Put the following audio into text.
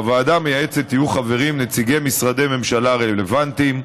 בוועדה המייעצת יהיו חברים נציגי משרדי ממשלה רלוונטיים,